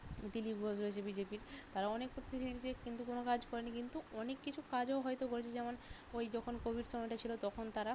দিলীপ ঘোষ রয়েছে বিজেপির তারা অনেক করতে চেয়েছে কিন্তু কোনো কাজ করেনি কিন্তু অনেক কিছু কাজও হয়তো করেছে যেমন ওই যখন কোভিড সময়টা ছিলো তখন তারা